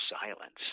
silence